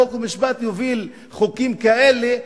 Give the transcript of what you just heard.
חוק ומשפט מוביל חוקים כאלה,